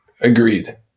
agreed